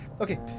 Okay